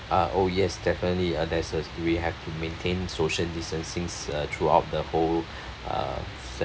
uh oh yes definitely uh that's a we have to maintain social distancing uh throughout the whole uh cer~